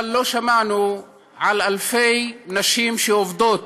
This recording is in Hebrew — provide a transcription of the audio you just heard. אבל לא שמענו על אלפי נשים שעובדות